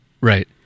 Right